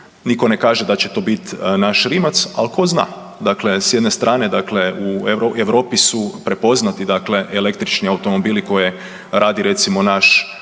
niko ne kaže da će to biti naš Rimac, ali ko zna. Dakle, s jedne strane u Europi su prepoznati električni automobili koje radi recimo naš